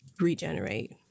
regenerate